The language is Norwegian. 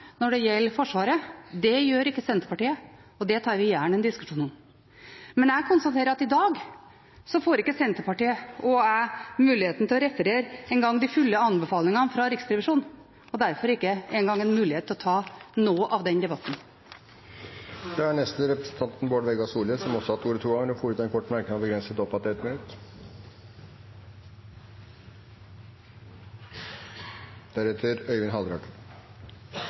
når det gjelder Forsvaret. Det gjør ikke Senterpartiet, og det tar vi gjerne en diskusjon om. Men jeg konstaterer at i dag får ikke Senterpartiet, og jeg, engang muligheten til å referere de fulle anbefalingene fra Riksrevisjonen, og får derfor ikke mulighet til å ta noe av den debatten. Med fare for å irritere sjåarane rundt omkring på kontora altfor mykje: Forsvarsministerens innlegg no var jo heilt konsistent med omsyn til det ho har